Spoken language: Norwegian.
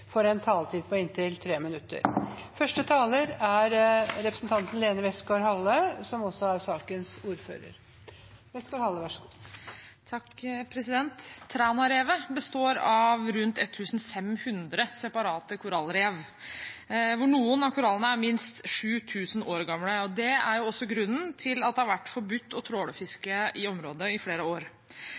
får også en taletid på inntil 3 minutter. Trænarevet består av rundt 1 500 separate korallrev, hvorav noen av korallene er minst 7 000 år gamle. Det er også grunnen til at det har vært forbudt å trålfiske i området i flere år.